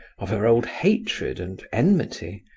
of her old hatred and enmity,